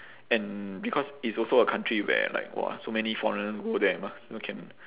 and because it's also a country where like !wah! so many foreigners go there mah so can